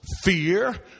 fear